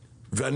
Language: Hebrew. כימים.